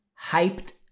hyped